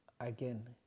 again